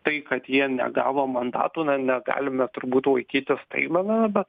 tai kad jie negavo mandatų na negalime turbūt laikyti staigmena bet